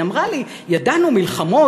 היא אמרה לי: ידענו מלחמות,